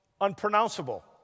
unpronounceable